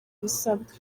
ibisabwa